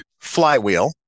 Flywheel